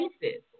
places